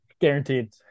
Guaranteed